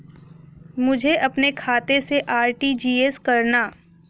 मुझे अपने खाते से आर.टी.जी.एस करना?